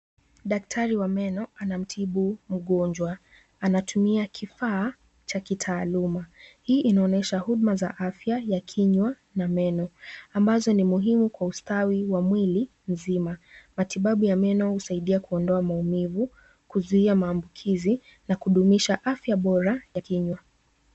Daktari wa meno anamtibu mgonjwa. Anatumia kifaa cha kitaaluma. Hii inaonyesha huduma za afya ya kinywa na meno ambazo ni muhimu kwa ustawi wa mwili mzima. Matibabu ya meno husaidia kuondoa maumivu, kuzuia maambukizi na kudumisha afya bora ya kinywa.